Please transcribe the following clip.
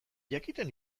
jakiten